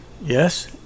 yes